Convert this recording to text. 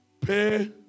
pay